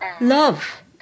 Love